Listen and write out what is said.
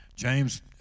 James